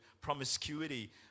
promiscuity